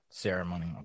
ceremony